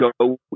go